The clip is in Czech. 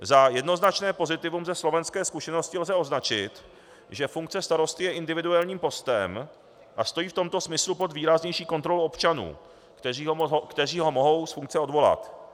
Za jednoznačné pozitivum ze slovenské zkušenosti lze označit, že funkce starosty je individuálním postem a stojí v tomto smyslu pod výraznější kontrolu občanů, kteří ho mohou z funkce odvolat.